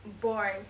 born